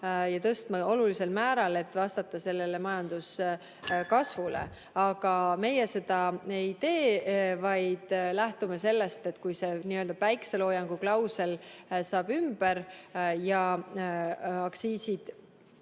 ja tõstma olulisel määral, et vastata sellele majanduskasvule. Aga meie seda ei tee, vaid lähtume sellest, et kui n‑ö päikseloojangu klausel saab ümber ja aktsiiside